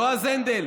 יועז הנדל,